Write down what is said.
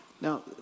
now